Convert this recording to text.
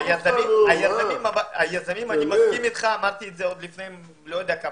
היזמים אמרתי לפני שנים,